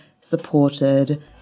supported